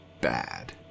bad